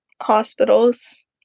hospitals